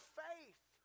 faith